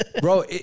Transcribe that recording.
Bro